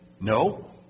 No